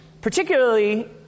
particularly